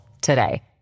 today